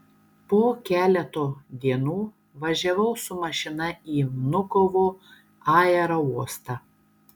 po keleto dienų važiavau su mašina į vnukovo aerouostą